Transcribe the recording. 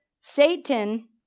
Satan